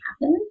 happen